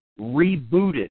rebooted